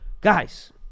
Guys